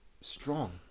strong